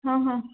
हां हां